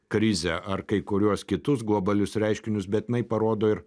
krizę ar kai kuriuos kitus globalius reiškinius bet jinai parodo ir